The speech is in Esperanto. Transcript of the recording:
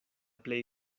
plej